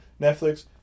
Netflix